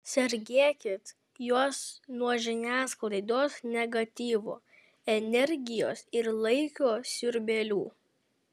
sergėkit juos nuo žiniasklaidos negatyvo energijos ir laiko siurbėlių